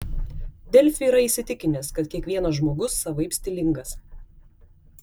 delfi yra įsitikinęs kad kiekvienas žmogus savaip stilingas